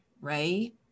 right